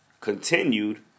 continued